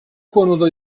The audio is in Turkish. konuda